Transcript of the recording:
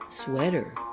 Sweater